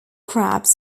crabs